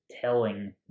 telling